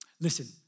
Listen